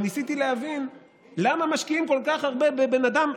ניסיתי להבין למה משקיעים כל כך הרבה בבן אדם.